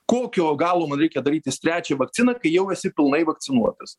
kokio galo man reikia darytis trečią vakciną kai jau esi pilnai vakcinuotas